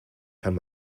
kann